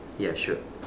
ya sure